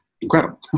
incredible